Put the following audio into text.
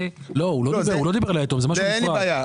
לא, הוא לא דיבר על היתום, זה משהו נפרד.